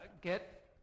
get